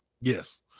Yes